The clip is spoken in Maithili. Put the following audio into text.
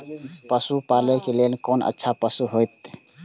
पशु पालै के लेल कोन अच्छा पशु होयत?